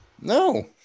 No